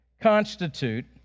constitute